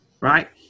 right